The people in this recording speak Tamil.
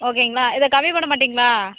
ஓகேங்களா இதை கம்மி பண்ண மாட்டிங்களா